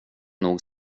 nog